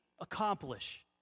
accomplish